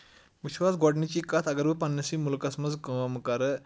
وُچھِو حظ گۄڈٕنِچی کَتھ اَگر بہٕ پَنٕنِسٕے مُلکَس منٛز کٲم کَرٕ